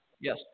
Yes